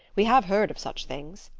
we have heard of such things.